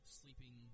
sleeping